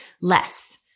less